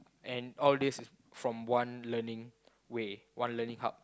and all this is from one learning way one learning hub